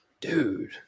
dude